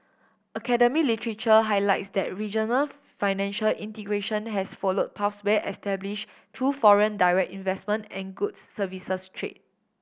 academy literature highlights that regional financial integration has followed pathways established through foreign direct investment and goods services trade